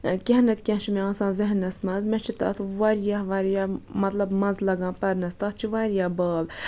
کینٛہہ نَتہٕ کینٛہہ چھُ مےٚ آسان ذہنَس مَنٛز مےٚ چھُ تَتھ واریاہ واریاہ مَطلَب مَزٕ لَگان پَرنَس تَتھ چھِ واریاہ باب